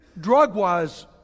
drug-wise